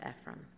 Ephraim